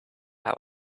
how